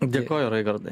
dėkoju raigardai